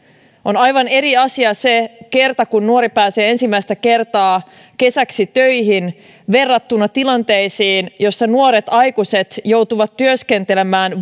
on aivan eri asia se kun nuori pääsee ensimmäistä kertaa kesäksi töihin verrattuna tilanteisiin joissa nuoret aikuiset joutuvat työskentelemään